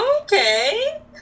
Okay